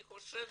אני חושבת